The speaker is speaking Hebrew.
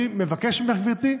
אני מבקש ממך, גברתי,